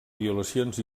violacions